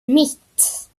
mitt